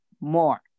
more